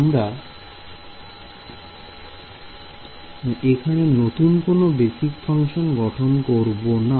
আমরা এখানে নতুন কোন বেসিক ফাংশন গঠন করবো না